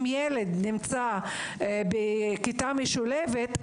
אם ילד נמצא בכיתה משולבת,